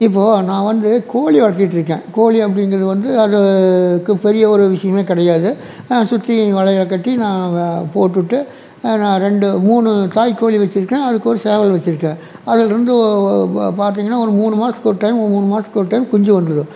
இப்போ நான் வந்து கோழி வளர்த்திட்ருக்கேன் கோழி அப்படிங்கறது வந்து அதுக்கு பெரிய ஒரு விஷயமே கிடையாது சுற்றி வலையை கட்டி நான் அதை போட்டு விட்டு நான் ரெண்டு மூணு தாய் கோழி வச்சிருக்கேன் அது கூட சேவல் வச்சிருக்கேன் அது ரெண்டும் பா பார்த்தீங்கன்னா ஒரு மூணு மாதத்துக்கு ஒரு டைம் மூணு மாதத்துக்கு ஒரு டைம் குஞ்சு வந்துரும்